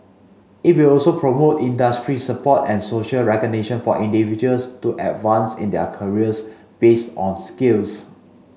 it will also promote industry support and social recognition for individuals to advance in their careers based on skills